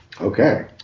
Okay